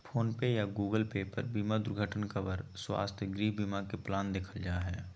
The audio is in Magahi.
फोन पे या गूगल पे पर बीमा दुर्घटना कवर, स्वास्थ्य, गृह बीमा के प्लान देखल जा हय